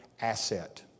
asset